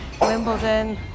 Wimbledon